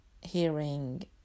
hearing